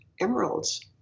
emeralds